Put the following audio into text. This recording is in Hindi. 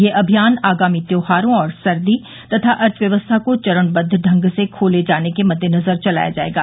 यह अभियान आगामी त्योहारों और सर्दी तथा अर्थव्यवस्था को चरणबद्व ढंग से खोले जाने के मद्देनजर चलाया जाएगा